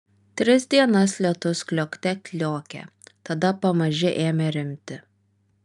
tris dienas lietus kliokte kliokė tada pamaži ėmė rimti